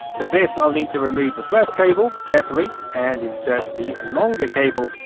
for this i'll need to remove the first cable, carefully and insert the longer cable.